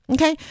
Okay